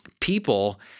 People